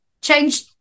change